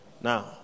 now